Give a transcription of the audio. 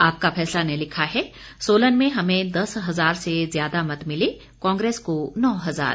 आपका फैसला ने लिखा है सोलन में हमें दस हजार से ज्यादा मत मिले कांग्रेस को नौ हजार